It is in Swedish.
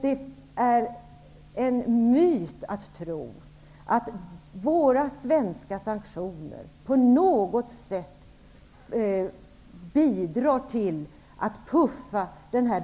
Det är en myt att tro att våra svenska sanktioner på något sätt skulle bidra till att